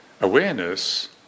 awareness